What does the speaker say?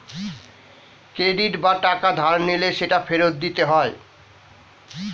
credit বা টাকা ধার নিলে সেটা ফেরত দিতে হয়